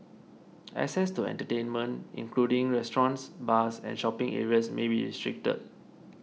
access to entertainment including restaurants bars and shopping areas may be restricted